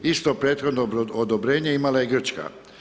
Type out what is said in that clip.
Isto prethodno odobrenje imala je Grčka.